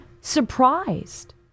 surprised